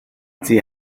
sie